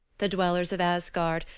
the dwellers of asgard,